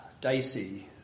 dicey